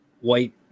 white